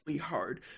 Hard